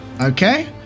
okay